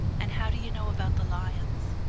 and how do you know about the lions?